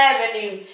Avenue